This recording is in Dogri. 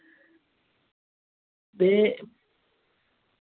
ते